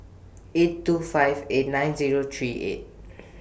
eight two five eight nine Zero three eight